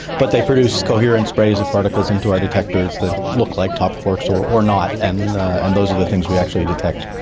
but they produce coherent sprays of particles into our detectors that look like top quarks or or not, and and those are the things we actually detect.